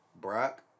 Brock